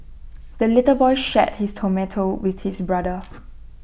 the little boy shared his tomato with his brother